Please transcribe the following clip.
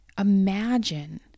imagine